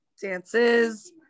dances